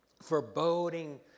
foreboding